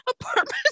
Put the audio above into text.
apartment